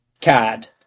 CAD